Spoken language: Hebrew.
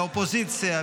מהאופוזיציה,